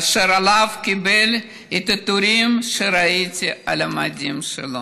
אשר עליו קיבל את העיטורים שראיתי על המדים שלו.